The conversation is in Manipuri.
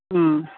ꯎꯝ